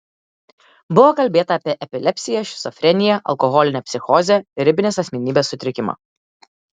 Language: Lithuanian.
buvo kalbėta apie epilepsiją šizofreniją alkoholinę psichozę ribinės asmenybės sutrikimą